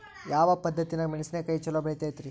ಯಾವ ಪದ್ಧತಿನ್ಯಾಗ ಮೆಣಿಸಿನಕಾಯಿ ಛಲೋ ಬೆಳಿತೈತ್ರೇ?